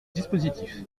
dispositif